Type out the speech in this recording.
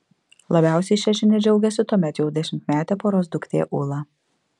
labiausiai šia žinia džiaugėsi tuomet jau dešimtmetė poros duktė ula